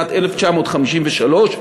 בשנת 1953,